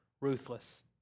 ruthless